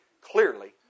clearly